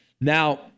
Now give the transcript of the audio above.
Now